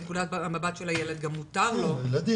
אבל מנקודת המבט של הילד גם מותר לו להתפתח,